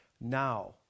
now